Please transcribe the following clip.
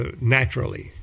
naturally